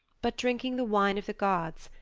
but drinking the wine of the gods,